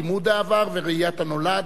לימוד העבר וראיית הנולד,